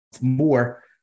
more